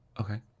Okay